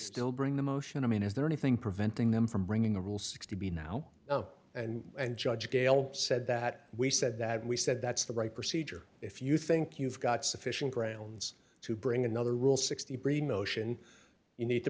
still bring the motion i mean is there anything preventing them from bringing the rule six to be now and and judge gale said that we said that we said that's the right procedure if you think you've got sufficient grounds to bring another rule sixty three dollars motion you need to